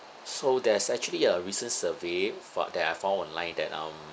so there's actually a recent survey fou~ that I found online that um